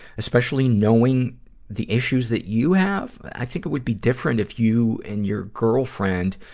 especially knowing the issues that you have. i think it would be different if you and your girlfriend,